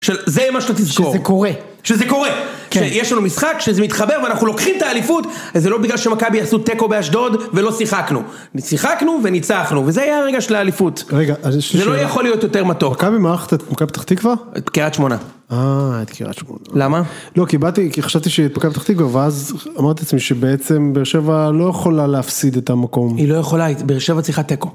שזה מה שאתה תזכור. שזה קורה. שזה קורה. יש לנו משחק שזה מתחבר ואנחנו לוקחים את האליפות, זה לא בגלל שמכבי עשו תיקו באשדוד ולא שיחקנו. שיחקנו וניצחנו וזה יהיה הרגע של האליפות. רגע, אז יש לי שאלה. זה לא יכול להיות יותר מתוק. מכבי מארחת את מכבי פתח תקוה? את קריית שמונה. אה, את קריית שמונה. למה? לא, כי באתי.. כי חשבתי שמכבי פתח תקווה ואז אמרתי לעצמי שבעצם באר שבע לא יכולה להפסיד את המקום. היא לא יכולה, היא..באר שבע צריכה תיקו.